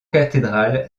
cathédrale